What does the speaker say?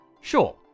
Sure